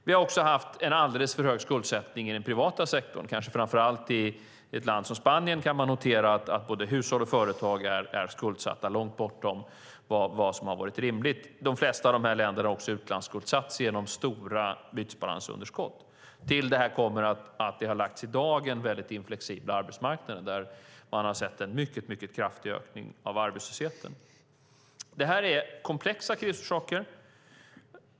Vi har också haft en alldeles för hög skuldsättning i den privata sektorn. Kanske framför allt i ett land som Spanien kan man notera att både hushåll och företag är skuldsatta långt bortom vad som har varit rimligt. De flesta av dessa länder har också utlandsskuldsatts genom stora bytesbalansunderskott. Till detta kommer en väldigt inflexibel arbetsmarknad där man har sett en mycket kraftig ökning av arbetslösheten. Detta är komplexa krisorsaker.